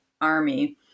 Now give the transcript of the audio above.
army